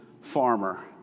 farmer